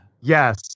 Yes